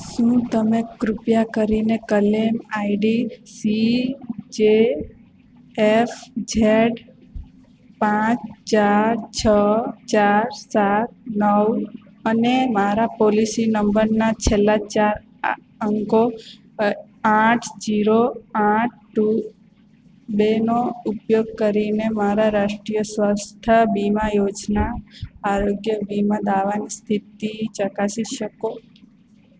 શું તમે કૃપયા કરીને claim ID C J F Z પાંચ ચાર છ ચાર સાત નવ અને મારા પોલિસી નંબરના છેલ્લા ચાર આ અંકો આઠ જીરો આઠ ટુ બેનો ઉપયોગ કરીને મારા રાષ્ટ્રિય સ્વાસ્થ્ય બીમા યોજના આરોગ્ય વીમા દાવાની સ્થિતિ ચકાસી શકો